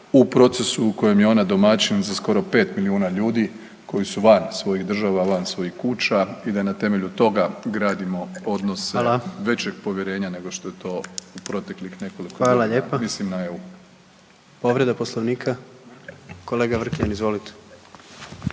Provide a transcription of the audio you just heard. u procesu u kojem je ona domaćin za skoro 5 milijuna ljudi koji su van svojih država, van svojih kuća i da na temelju toga gradimo odnose većeg povjerenja nego što je to u proteklih nekoliko godina, mislim na EU. **Jandroković, Gordan (HDZ)**